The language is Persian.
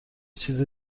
چیز